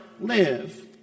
live